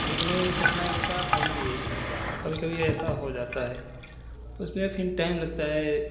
लिखने में भी कठिनाई होता है और पढ़ने में भी कभी कभी ऐसा हो जाता है उसमें फिर टाइम लगता है